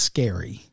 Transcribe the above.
Scary